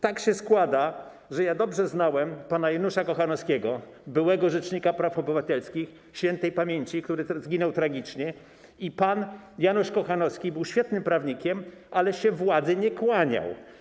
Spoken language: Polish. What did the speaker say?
Tak się składa, że ja dobrze znałem śp. pana Janusza Kochanowskiego, byłego rzecznika praw obywatelskich, który zginął tragicznie, i pan Janusz Kochanowski był świetnym prawnikiem, ale się władzy nie kłaniał.